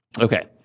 Okay